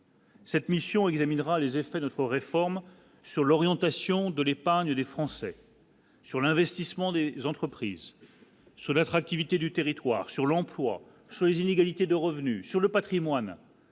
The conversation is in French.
Cette mission examinera les effets d'autres réformes sur l'orientation de l'épargne des Français. Sur l'investissement des entreprises sur l'attractivité du territoire sur l'emploi soit inégalités de revenus sur le Patrimoine.